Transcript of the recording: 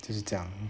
就是这样